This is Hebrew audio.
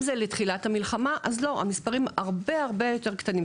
אם זה לתחילת המלחמה אז המספרים הרבה יותר קטנים.